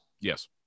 Yes